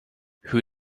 who